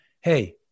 Hey